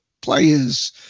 players